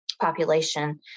population